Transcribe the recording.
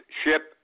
ship